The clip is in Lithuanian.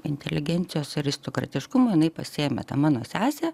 inteligencijos aristokratiškumo jinai pasiėmė tą mano sesę